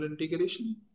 integration